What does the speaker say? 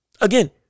again